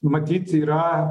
matyt yra